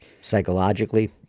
psychologically